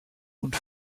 und